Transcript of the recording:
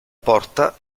porta